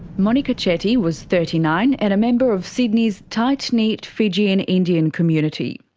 monika chetty was thirty nine and a member of sydney's tightknit fijian indian community.